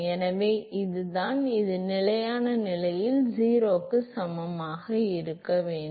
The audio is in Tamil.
எனவே அதுதான் அது நிலையான நிலையில் 0க்கு சமமாக இருக்க வேண்டும்